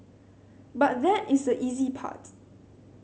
but that is the easy part